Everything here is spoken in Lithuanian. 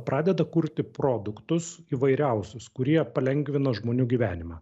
pradeda kurti produktus įvairiausius kurie palengvina žmonių gyvenimą